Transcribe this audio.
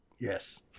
Yes